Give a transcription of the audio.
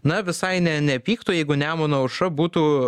na visai ne nepyktų jeigu nemuno aušra būtų